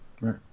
Right